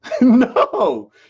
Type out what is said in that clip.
No